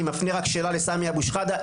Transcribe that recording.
אני מפנה רק שאלה לסמי אבו שחאדה,